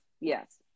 yes